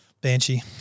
banshee